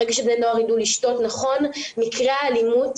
ברגע שבני נוער יידעו לשתות נכון מקרי האלימות